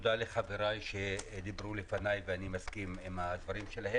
תודה לחבריי שדיברו לפניי, ואני מסכים עם דבריהם.